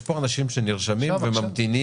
יש פה אנשים שנרשמים וממתינים.